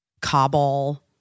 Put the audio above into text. cobble